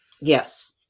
Yes